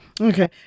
Okay